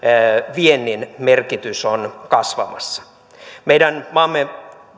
viennin merkitys on kasvamassa meidän maamme